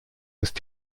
ist